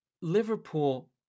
Liverpool